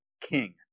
King